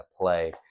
play